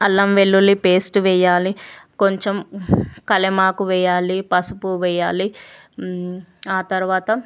అల్లంవెల్లులి paste వెయ్యాలి కొంచెం కల్యామాకు వెయ్యాలి పసుపువేయ్యాలి ఆ తర్వాత